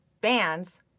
bands